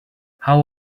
how